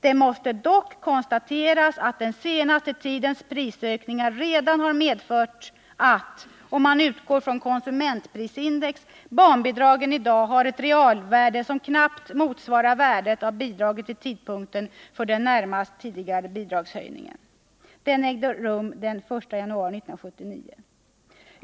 Det måste dock konstateras att den senaste tidens prisökningar redan har medfört att — om man utgår från konsumentprisindex — barnbidragen i dag har ett realvärde som knappt motsvarar värdet av bidraget vid tidpunkten för den närmast tidigare bidragshöjningen. Denna ägde rum den 1 januari 1979.